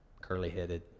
curly-headed